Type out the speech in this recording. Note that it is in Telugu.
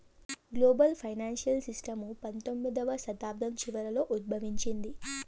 గ్లోబల్ ఫైనాన్సియల్ సిస్టము పంతొమ్మిదవ శతాబ్దం చివరలో ఉద్భవించింది